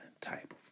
type